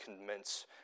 commence